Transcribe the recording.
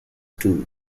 too